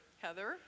Heather